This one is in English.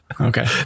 okay